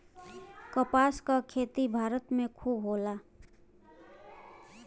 कपास क खेती भारत में खूब होला